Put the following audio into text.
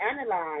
analyze